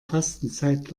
fastenzeit